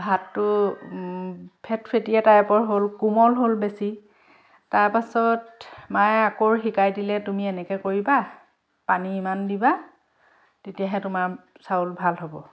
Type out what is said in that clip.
ভাতটো ফেটফেটীয়া টাইপৰ হ'ল কোমল হ'ল বেছি তাৰ পাছত মায়ে আকৌ শিকাই দিলে তুমি এনেকৈ কৰিবা পানী ইমান দিবা তেতিয়াহে তোমাৰ চাউল ভাল হ'ব